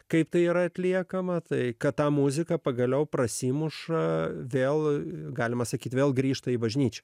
kaip tai yra atliekama tai kad tą muziką pagaliau prasimuša vėl galima sakyti vėl grįžta į bažnyčią